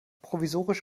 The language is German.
provisorisch